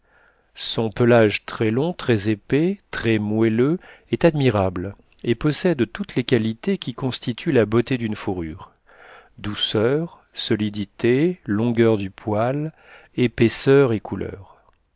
son pelage très long très épais très moelleux est admirable et possède toutes les qualités qui constituent la beauté d'une fourrure douceur solidité longueur du poil épaisseur et couleur